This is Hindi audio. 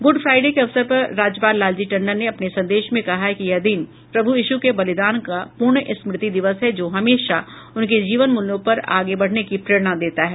गूड फाईडे के अवसर पर राज्यपाल लालजी टंडन ने अपने संदेश कहा है कि यह दिन प्रभू यीशू के बलिदान का पुण्य स्मृति दिवस है जो हमेशा उनके जीवन मूल्यों पर आगे बढ़ने की प्रेरणा देता है